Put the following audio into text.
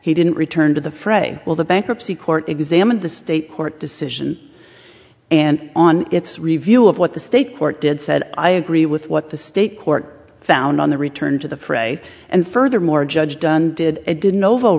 he didn't return to the fray well the bankruptcy court examined the state court decision and on its review of what the state court did said i agree with what the state court found on the return to the fray and furthermore judge dunn did a did